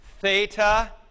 Theta